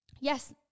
yes